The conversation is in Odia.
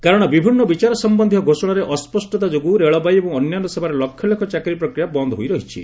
କାରଣ ବିଭିନ୍ନ ବିଚାର ସମ୍ଭନ୍ଧୀୟ ଘୋଷଣାରେ ଅସ୍କଷ୍ଟତା ଯୋଗୁଁ ରେଳବାଇ ଏବଂ ଅନ୍ୟାନ୍ୟ ସେବାରେ ଲକ୍ଷ ଲକ୍ଷ ଚାକିରି ପ୍ରକ୍ରିୟା ବନ୍ଦ୍ ହୋଇ ରହିଛି